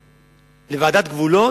שמגיעים לוועדת גבולות,